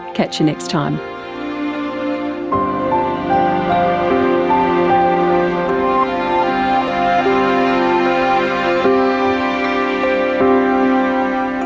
catch you next time are